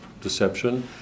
deception